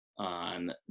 on